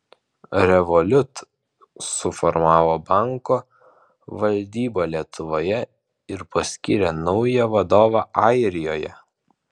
revolut suformavo banko valdybą lietuvoje ir paskyrė naują vadovą airijoje